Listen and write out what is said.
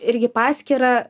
irgi paskyrą